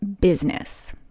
business